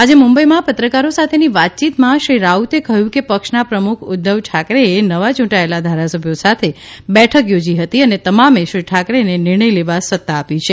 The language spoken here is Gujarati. આજે મુંબઇમાં પત્રકારો સાથેની વાતયીતમાં શ્રી રાઉતે કહ્યું કે પક્ષના પ્રમુખ ઉદ્ઘવ ઠાકરેએ નવા યૂંટાયેલા ધારાસભ્યો સાથે બેઠક યોજી હતી અને તમામે શ્રી ઠાકરેને નિર્ણય લેવા સત્તા આપી છે